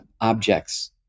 objects